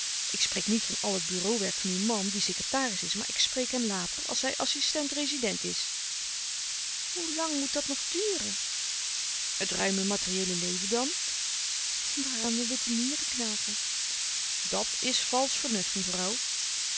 ik spreek niet van al het bureau werk van uw man die secretaris is maar ik spreek hem later als hij assistent-rezident is hoe lang moet dat nog duren het ruime materieele leven dan waaraan de witte mieren knagen dat is valsch vernuft mevrouw